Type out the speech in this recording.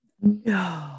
No